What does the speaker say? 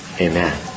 Amen